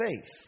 faith